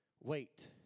Wait